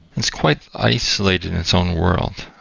it's quite isolated in its own world.